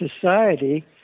society